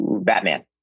Batman